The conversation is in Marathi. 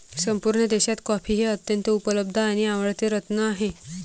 संपूर्ण देशात कॉफी हे अत्यंत उपलब्ध आणि आवडते रत्न आहे